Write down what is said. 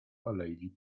alei